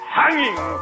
hanging